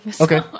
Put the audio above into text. Okay